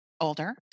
older